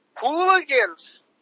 Hooligans